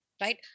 Right